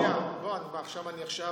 לא, מה, עכשיו אני ברשומון?